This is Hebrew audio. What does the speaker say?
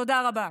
תודה רבה.